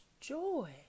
joy